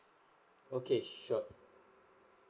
okay sure